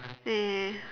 eh